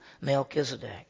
Melchizedek